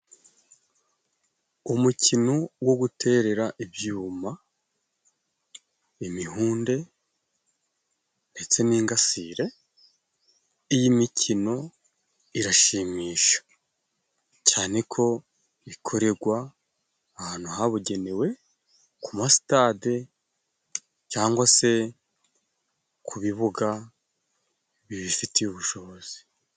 Umukino wo guterera ibyuma, imihunde ndetse n'ingasire iyi mikino irashimisha cyane ko bikoregwa ahantu habugenewe ku ma sitade cyangwa se ku bibuga bibifitiye ubushobozi.